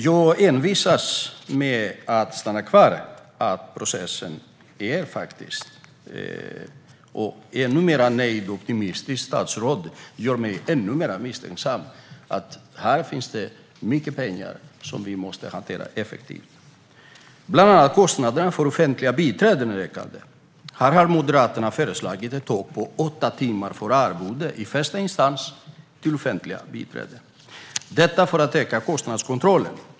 Jag envisas med att stanna kvar vid att det i den här processen finns mycket pengar som vi måste hantera effektivt, och ett nöjt och optimistiskt statsråd gör mig ännu mer misstänksam. Bland annat ökar kostnaderna för offentliga biträden. Här har Moderaterna föreslagit ett tak på åtta timmar för arvode i första instans till offentliga biträden - detta för att öka kostnadskontrollen.